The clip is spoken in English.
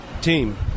team